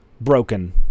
broken